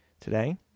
today